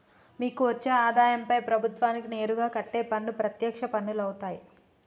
మీకు వచ్చే ఆదాయంపై ప్రభుత్వానికి నేరుగా కట్టే పన్ను ప్రత్యక్ష పన్నులవుతాయ్